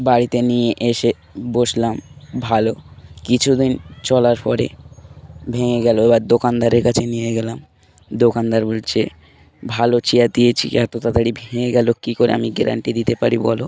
বাড়িতে নিয়ে এসে বসলাম ভালো কিছুদিন চলার পরে ভেঙে গেলো এবার দোকানদারের কাছে নিয়ে গেলাম দোকানদার বলছে ভালো চেয়ার দিয়েছি এত তাড়াতাড়ি ভেঙে গেল কী করে আমি গ্যারান্টি দিতে পারি বলো